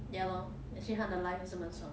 ya lor actually 他的 life 还是满爽的